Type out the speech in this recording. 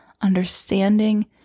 understanding